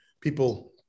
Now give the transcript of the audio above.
people